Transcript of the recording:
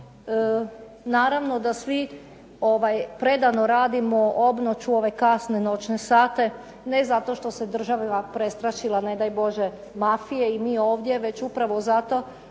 naravno da svi predano radimo obnoć u ove kasne noćne sate, ne zato što se država prestrašila, ne daj Bože mafije i mi ovdje, već upravo zato